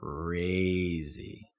Crazy